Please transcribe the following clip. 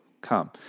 come